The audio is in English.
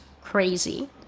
crazy